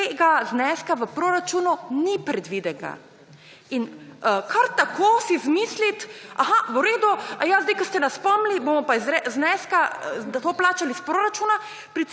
tega zneska v proračunu ni predvidenega. In kar tako si zmisliti, aha, v redu, aha sedaj ko ste nas spomnili bomo pa iz zneska, da to plačali iz proračuna,